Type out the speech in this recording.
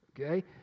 Okay